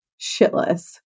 shitless